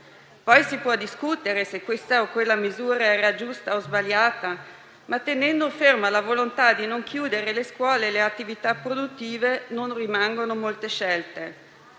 Poi si può discutere se questa o quella misura era giusta o sbagliata, ma, tenendo ferma la volontà di non chiudere le scuole e le attività produttive, non rimangono molte scelte,